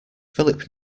philip